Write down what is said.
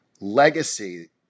legacy